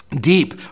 Deep